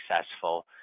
successful